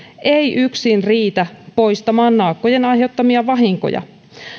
ei yksin riitä poistamaan naakkojen aiheuttamia vahinkoja